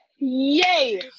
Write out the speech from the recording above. Yay